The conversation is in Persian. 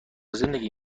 زندگی